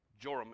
Joram